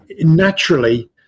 naturally